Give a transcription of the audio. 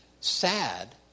sad